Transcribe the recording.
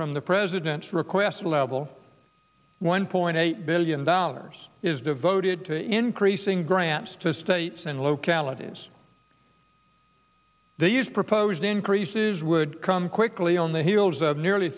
from the president's request level one point eight billion dollars is devoted to increasing grants to states and localities these proposed increases would come quickly on the heels of nearly